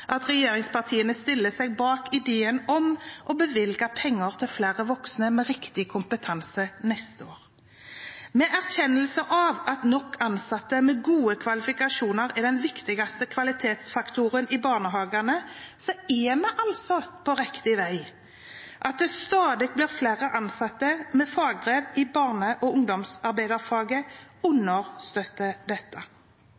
at regjeringspartiene stiller seg bak ideen om å bevilge penger til flere voksne med rett kompetanse neste år. Med erkjennelsen av at nok ansatte med gode kvalifikasjoner er den viktigste kvalitetsfaktoren i barnehagen, er vi på rett vei. At det stadig blir flere ansatte med fagbrev i barne- og